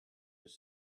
his